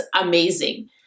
amazing